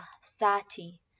Sati